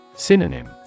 Synonym